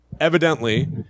Evidently